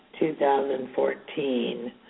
2014